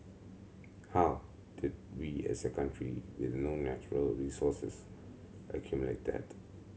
how did we as a country with no natural resources accumulate that